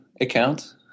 account